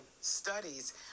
studies